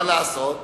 מה לעשות?